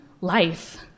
life